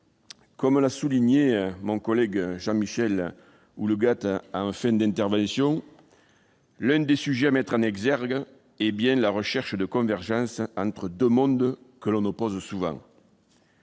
comme l'a souligné notre collègue Jean-Michel Houllegatte à la fin de son intervention, l'un des sujets à mettre en exergue de ce texte est bien la recherche de convergence entre deux mondes que l'on oppose souvent.